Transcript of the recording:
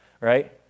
Right